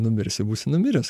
numirsi būsi numiręs